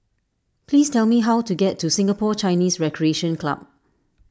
please tell me how to get to Singapore Chinese Recreation Club